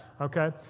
okay